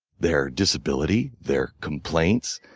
their disability, their complaints,